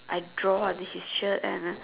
I draw on his shirt and then